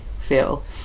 feel